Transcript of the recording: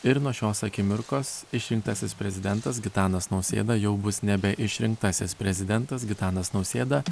ir nuo šios akimirkos išrinktasis prezidentas gitanas nausėda jau bus nebe išrinktasis prezidentas gitanas nausėda